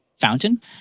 fountain